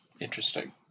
Interesting